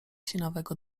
sinawego